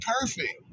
perfect